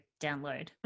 download